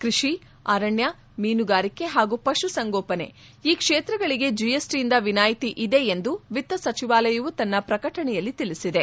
ಕ್ಕಷಿ ಅರಣ್ಯ ಮೀನುಗಾರಿಕೆ ಹಾಗೂ ಪಶುಸಂಗೋಪನೆ ಈ ಕ್ಷೇತ್ರಗಳಿಗೆ ಜೆಎಸ್ಟಿಯಿಂದ ವಿನಾಯಿತಿ ಇದೆ ಎಂದು ವಿತ್ತ ಸಚಿವಾಲಯವೂ ತನ್ನ ಪ್ರಕಟಣೆಯಲ್ಲಿ ತಿಳಿಸಿದೆ